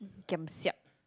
giam siap